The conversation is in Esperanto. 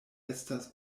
estas